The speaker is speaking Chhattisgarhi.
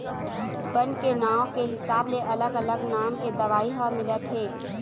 बन के नांव के हिसाब ले अलग अलग नाम के दवई ह मिलथे